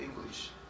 English